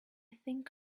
think